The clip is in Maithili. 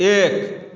एक